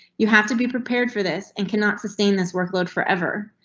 you have to be prepared for this and cannot sustain this workload forever.